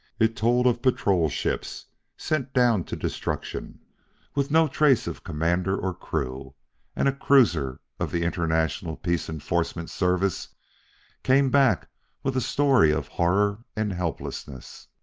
it told of patrol-ships sent down to destruction with no trace of commander or crew and a cruiser of the international peace enforcement service came back with a story of horror and helplessness.